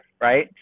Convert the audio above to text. right